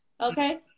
okay